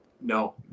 no